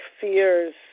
fears